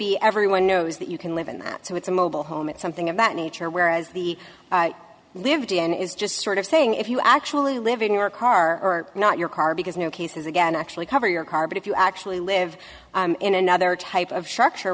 be everyone knows that you can live in that so it's a mobile home and something of that nature whereas the live d n a is just sort of saying if you actually live in your car or not your car because new cases again actually cover your car but if you actually live in another type of s